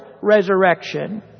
resurrection